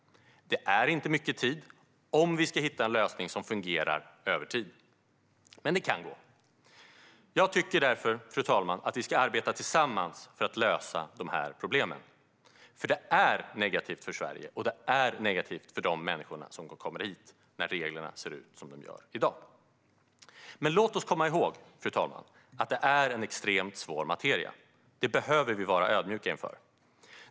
Det är inte mycket tid om vi ska hitta en lösning som fungerar över tid, men det kan gå. Jag tycker därför, fru talman, att vi ska arbeta tillsammans för att lösa de här problemen, för det är negativt för Sverige och för de människor som kommer hit när reglerna ser ut som de gör i dag. Men låt oss komma ihåg att det är en extremt svår materia. Det behöver vi vara ödmjuka inför.